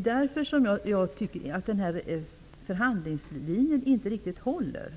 Därför tycker jag att förhandlingslinjen inte riktigt håller.